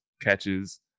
catches